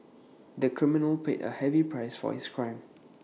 the criminal paid A heavy price for his crime